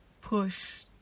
push